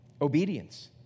obedience